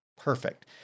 perfect